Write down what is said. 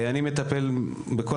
אני מטפל בכל